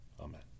Amen